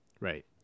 Right